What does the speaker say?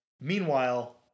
Meanwhile